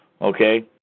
Okay